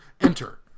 enter